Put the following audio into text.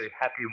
happy